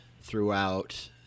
throughout